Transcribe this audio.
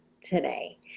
today